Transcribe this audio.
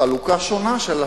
חלוקה שונה.